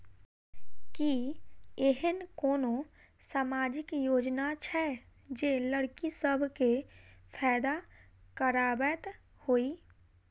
की एहेन कोनो सामाजिक योजना छै जे लड़की सब केँ फैदा कराबैत होइ?